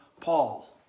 Paul